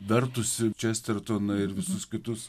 vertusi čestertoną ir visus kitus